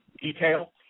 detail